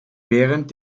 während